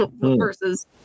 versus